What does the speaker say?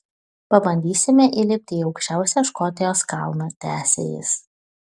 pabandysime įlipti į aukščiausią škotijos kalną tęsė jis